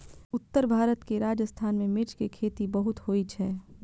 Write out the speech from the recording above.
उत्तर भारत के राजस्थान मे मिर्च के खेती बहुत होइ छै